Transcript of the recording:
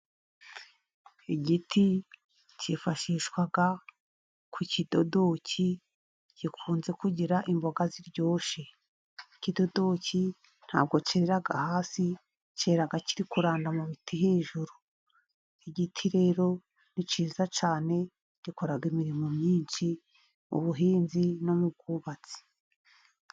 Igiti cyifashishwa ku kidodoki, gikunze kugira imboga ziryoshye. Ikidodoki ntabwo cyerera hasi, cyera kiri kuranda mu biti hejuru. Igiti rero ni cyiza cyane, gikora imirimo myinshi mu buhinzi no mu bwubatsi.